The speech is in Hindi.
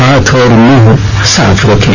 हाथ और मुंह साफ रखें